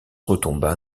retomba